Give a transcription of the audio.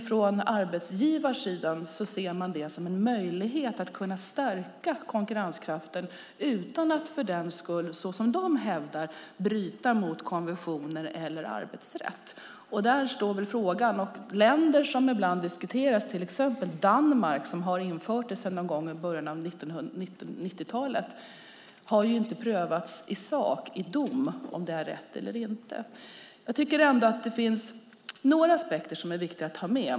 Från arbetsgivarsidan ser man det som en möjlighet att stärka konkurrenskraften utan att, så som de hävdar, för den skull bryta mot konventioner eller arbetsrätt. Där står frågan. Länder som ibland diskuteras, till exempel Danmark som har infört detta sedan någon gång i början av 1990-talet, har inte prövat i sak - i dom - om det är rätt eller inte. Jag tycker ändå att det finns några aspekter som är viktiga att ha med.